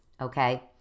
okay